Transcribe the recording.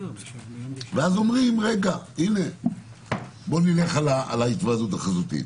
ואז אומרים: נלך על ההיוועדות החזותית.